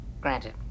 Granted